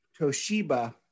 toshiba